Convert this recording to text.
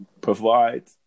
provide